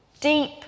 Deep